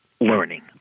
learning